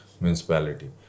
Municipality